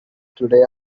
today